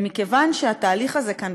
מכיוון שהתהליך הזה כאן,